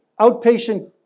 outpatient